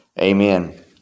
amen